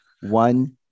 one